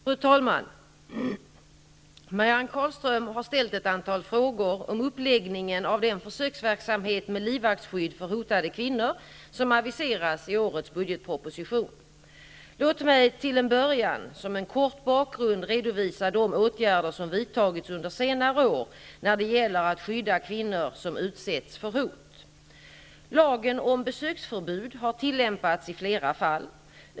Fru talman! Marianne Carlström har ställt ett antal frågor om uppläggningen av den försöksverksamhet med livvaktsskydd för hotade kvinnor, som aviseras i årets budgetproposition Låt mig till en början som en kort bakgrund redovisa de åtgärder som vidtagits under senare år när det gäller att skydda kvinnor som utsätts för hot. Lagen om besöksförbud har tillämpats i flera fall.